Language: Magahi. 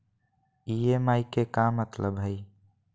ई.एम.आई के का मतलब हई?